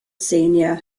senior